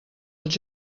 els